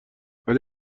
ولی